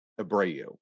Abreu